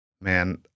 man